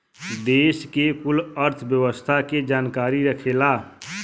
देस के कुल अर्थव्यवस्था के जानकारी रखेला